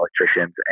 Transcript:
electricians